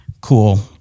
Cool